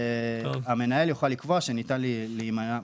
המנהל יוכל לקבוע שניתן להימנע.